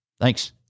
Thanks